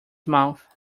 mouth